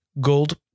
gold